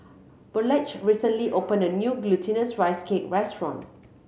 Burleigh recently opened a new Glutinous Rice Cake restaurant